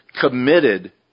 committed